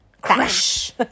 Crash